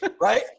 Right